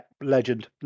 legend